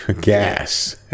gas